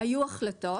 היו החלטות.